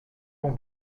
vont